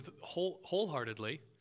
wholeheartedly